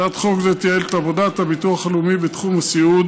הצעת חוק זו תייעל את עבודת הביטוח הלאומי בתחום הסיעוד